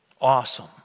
Awesome